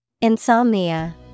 Insomnia